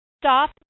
stop